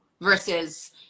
versus